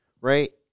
right